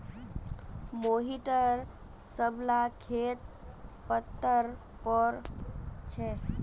मोहिटर सब ला खेत पत्तर पोर छे